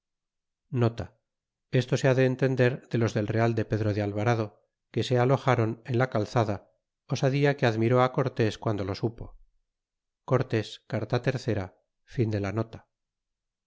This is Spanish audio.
esto se ha de entender de los del real de pedro de alvarado que se alojron en la calzada osadía que admiró cortés guando lo supo cortés carta iii